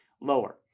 lower